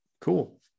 cool